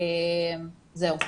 תודה תודה.